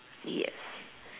yes